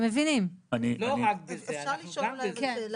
לא רק בזה, גם בזה.